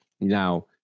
Now